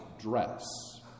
dress